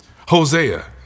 Hosea